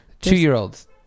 Two-year-olds